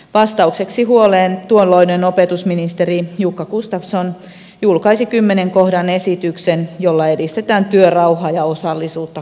vastaukseksi huoleen tuolloinen opetusministeri jukka gustafsson julkaisi kymmenen kohdan esityksen jolla edistetään työrauhaa ja osallisuutta koulussa